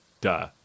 duh